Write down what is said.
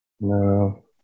no